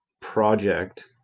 project